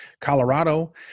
Colorado